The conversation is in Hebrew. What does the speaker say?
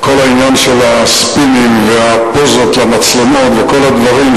כל העניין של הספינים והפוזות למצלמות וכל הדברים,